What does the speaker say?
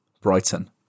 Brighton